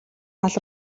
гал